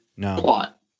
plot